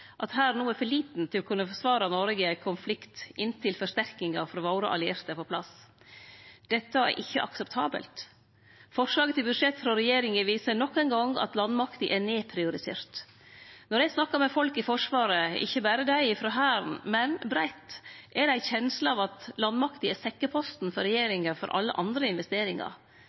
at Hæren no er for liten til å kunne forsvare Noreg i ein konflikt inntil forsterkingar frå våre allierte er på plass. Dette er ikkje akseptabelt. Forslaget til budsjett frå regjeringa viser nok ein gong at landmakta er nedprioritert. Når eg snakkar med folk i Forsvaret – ikkje berre dei frå Hæren, men breitt – er det med ei kjensle av at landmakta er sekkeposten for regjeringa for alle andre investeringar.